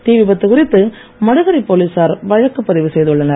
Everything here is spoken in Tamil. தீ விபத்து குறித்து மடுகரை போலீசார் வழக்கு பதிவு செய்துள்ளனர்